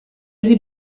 sie